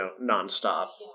non-stop